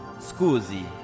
scusi